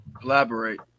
Collaborate